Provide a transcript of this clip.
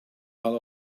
hull